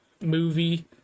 movie